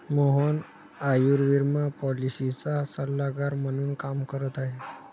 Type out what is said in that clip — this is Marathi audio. मोहन आयुर्विमा पॉलिसीचा सल्लागार म्हणून काम करत आहे